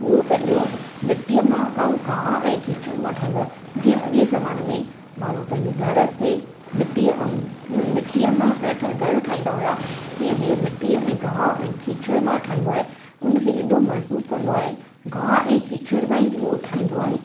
उहो पंहिंजो मिटीअ मां ऐं गाहु ऐं कीचड़ मां ठाहींदो आहे जीअं अॻे ज़माने में माण्हू पंहिंजे घर खे मिटीअ ऐं मिटीअ मां घरु ठाहींदा हुया तीअं ई मिटीअ ऐं गाहु ऐं कीचड़ मां ठाहींदो आहे उनखे एॾो मज़बूत कंदो आहे गाहु ऐं कीचड़ मां ई उहो ठाहींदो आहे